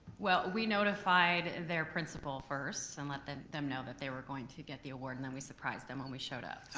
well we notified their principal first and let them know that they were going to get the award and then we surprised them when we showed up. ah,